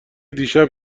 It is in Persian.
دیشب